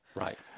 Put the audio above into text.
Right